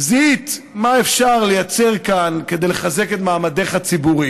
זיהית מה אפשר לייצר כאן כדי לחזק את מעמדך בציבור,